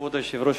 היושב-ראש,